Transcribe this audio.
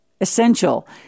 essential